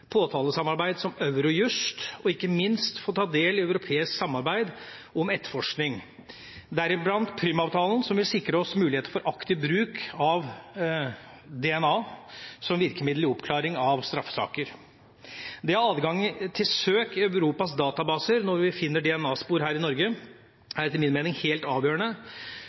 påtalesamarbeid, som Eurojust, og ikke minst få ta del i europeisk samarbeid om etterforskning, deriblant Prüm-avtalen, som vil sikre oss muligheter for aktiv bruk av DNA som virkemiddel i oppklaring av straffesaker. Det å ha adgang til søk i Europas databaser når vi finner DNA-spor her i Norge, er etter min mening helt avgjørende